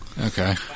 Okay